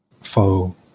foe